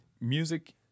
music